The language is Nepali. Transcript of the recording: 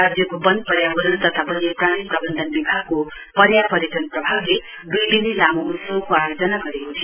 राज्यको वन पर्यावरण तथा वन्यप्राणी प्रबन्धन विभागको पर्या पर्यटन प्रभागले दुई दिने लामो उत्सवको योजना गरेको थियो